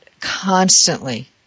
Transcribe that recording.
constantly